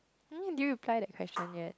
when do you reply that question yet